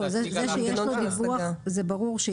זה שיש לו דיווח, ברור שיש דיווח.